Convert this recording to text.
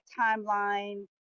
timeline